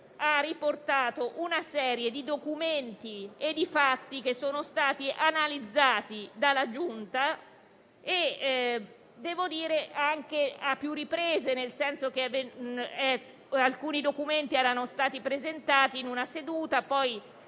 ha riportato una serie di documenti e di fatti che sono stati analizzati dalla Giunta e anche a più riprese, nel senso che alcuni documenti erano stati presentati in una seduta, poi